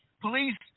Police